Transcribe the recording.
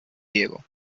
diego